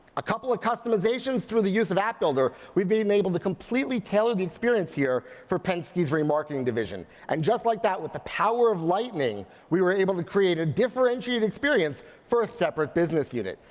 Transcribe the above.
a couple of customizations through the use of app builder. we've been able to completely tell the experience here for penske's remarketing division. and just like that with the power of lightning, we were able to create a differentiated experience for separate business units.